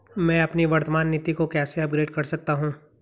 मैं अपनी वर्तमान नीति को कैसे अपग्रेड कर सकता हूँ?